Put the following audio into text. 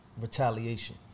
retaliation